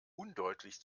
undeutlich